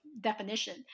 definition